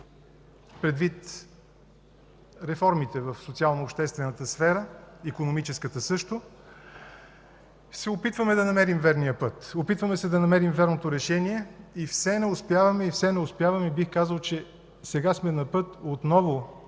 предвид реформите в социално-обществената и икономическата сфера, се опитваме да намерим верния път. Опитваме се да намерим вярното решение и все не успяваме, и все не успяваме, и бих казал, че сега сме на път отново